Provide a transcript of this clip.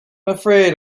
afraid